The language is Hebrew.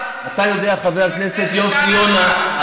חבר הכנסת יוסי יונה,